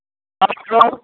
hello